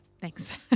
thanks